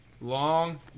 Long